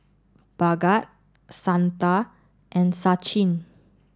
Bhagat Santha and Sachin